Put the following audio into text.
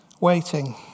waiting